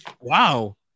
Wow